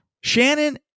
Shannon